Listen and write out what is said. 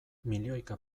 milioika